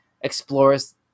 explores